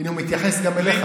הינה, הוא מתייחס גם אליך.